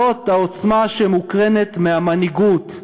זאת העוצמה שמוקרנת מהמנהיגות.